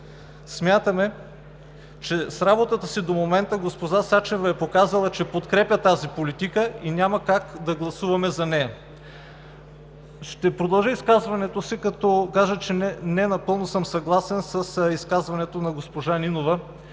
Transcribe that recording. Смятаме, че с работата си до момента госпожа Сачева е показала, че подкрепя тази политика и няма как да гласуваме за нея. Ще продължа изказването си като кажа, че ненапълно съм съгласен с изказването на госпожа Нинова,